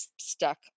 stuck